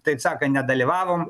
taip sakant nedalyvavom